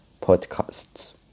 Podcasts